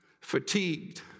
fatigued